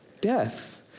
death